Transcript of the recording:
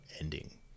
ending